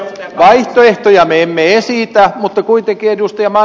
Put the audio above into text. vaihtoehtoja me emme esitä mutta kuitenkin ed